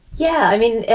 yeah, i mean,